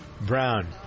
Brown